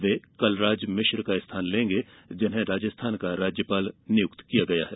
वे कलराज मिश्र का स्थान लेंगे जिन्हें राजस्थान का राज्यपाल नियुक्त किया गया है